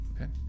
Okay